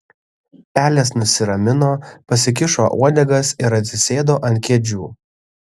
pelės nusiramino pasikišo uodegas ir atsisėdo ant kėdžių